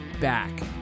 back